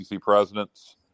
presidents